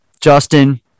Justin